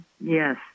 Yes